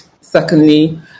secondly